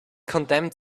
condemned